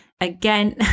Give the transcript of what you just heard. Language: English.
Again